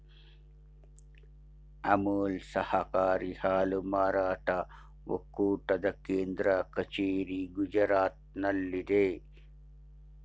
ಅಮುಲ್ ಸಹಕಾರಿ ಹಾಲು ಮಾರಾಟ ಒಕ್ಕೂಟದ ಕೇಂದ್ರ ಕಚೇರಿ ಗುಜರಾತ್ನಲ್ಲಿದೆ